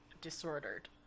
disordered